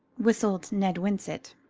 whistled ned winsett.